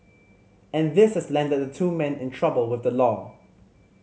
and this has landed the two men in trouble with the law